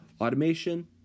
automation